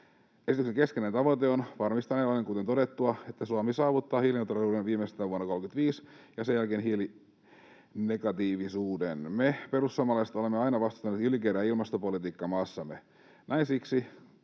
Esityksen keskeinen tavoite on varmistaa, aivan kuten todettua, että Suomi saavuttaa hiilineutraaliuden viimeistään vuonna 35 ja sen jälkeen hiilinegatiivisuuden. Me perussuomalaiset olemme aina vastustaneet ylikireää ilmastopolitiikkaa maassamme. Näin siksi,